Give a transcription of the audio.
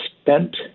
spent